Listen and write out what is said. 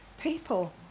people